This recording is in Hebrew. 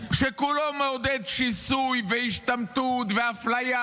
שכולו מעודד שיסוי והשתמטות ואפליה.